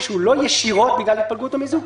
שהוא לא ישירות בגלל התפלגות או מיזוג.